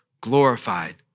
glorified